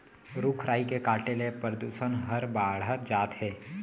रूख राई के काटे ले परदूसन हर बाढ़त जात हे